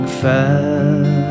fast